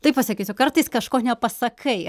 taip pasakysiu kartais kažko nepasakai